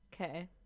Okay